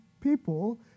people